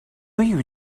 you